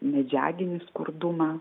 medžiaginį skurdumą